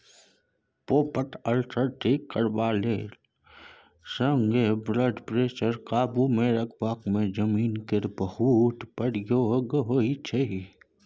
peptic ulcer ठीक करबा संगे ब्लडप्रेशर काबुमे रखबाक मे जमैन केर बहुत प्रयोग होइ छै